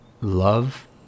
Love